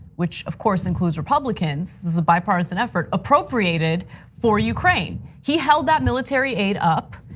which of course includes republicans, as a bipartisan effort appropriated for ukraine. he held that military aid up,